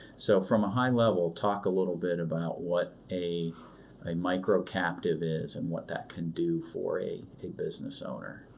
so from a high level, talk a little bit about what a a micro-captive is and what that can do for a a business owner.